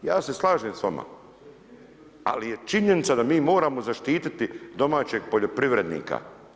Ja se slažem s vama ali je činjenica da mi moramo zaštititi domaćeg poljoprivrednika.